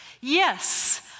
Yes